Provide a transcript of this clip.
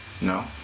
no